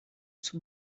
zum